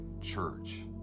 church